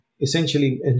Essentially